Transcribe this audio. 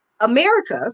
America